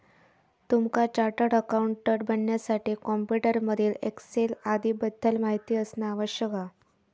तुमका chartered accountant बनण्यासाठी computer मधील एक्सेल आदीं बद्दल माहिती असना आवश्यक हा